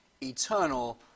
eternal